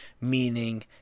Meaning